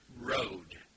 road